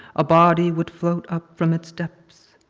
a body would float up from its depths.